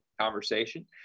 conversation